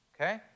okay